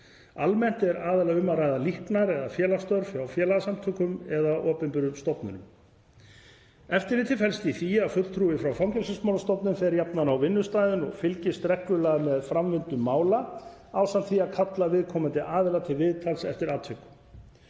Almennt er aðallega um að ræða líknar- og félagsstörf hjá félagasamtökum eða opinberum stofnunum. Eftirlitið felst í því að fulltrúi frá Fangelsismálastofnun fer jafnan á vinnustaðinn og fylgist reglulega með framvindu mála ásamt því að kalla viðkomandi aðila til viðtals eftir atvikum.